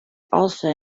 also